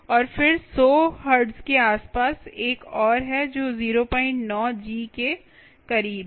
और फिर सौ हर्ट्ज के आसपास एक और है जो 09G के करीब है